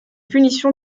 punitions